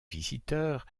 visiteurs